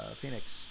Phoenix